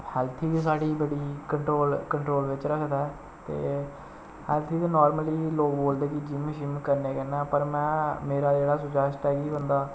health बी साढ़ी बड़ी कंट्रोल कंट्रोल बिच्च रखदा ऐ ते हैल्थ गी नार्मली लोक बोलदे जिम शिम करने कन्नै पर में मेरा जेह्ड़ा सुजैस्ट ऐ कि बंदा